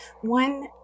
One